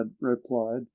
replied